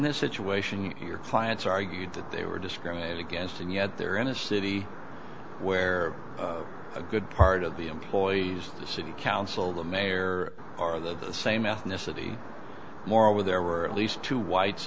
this situation your clients argued that they were discriminated against and yet they're in a city where a good part of the employees the city council the mayor are the same ethnicity moreover there were at least two whites